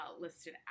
listed